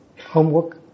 homework